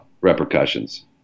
repercussions